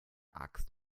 axt